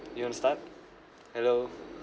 you want to start hello